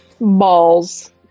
Balls